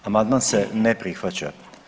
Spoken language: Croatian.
Amandman se ne prihvaća.